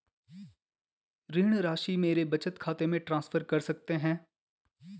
ऋण राशि मेरे बचत खाते में ट्रांसफर कर सकते हैं?